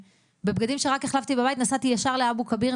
בבגדים שרק החלפתי בבית נסעתי ישר לאבו כביר,